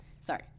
sorry